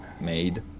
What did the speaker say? made